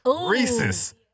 Reese's